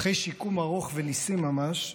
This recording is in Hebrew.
אחרי שיקום ארוך וניסי ממש,